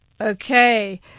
Okay